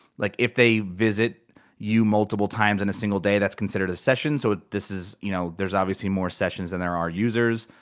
like if they visit you multiple times in a single day, that's considered a session. so this is, you know there's obviously more sessions than there are users.